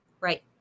right